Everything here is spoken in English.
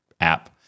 app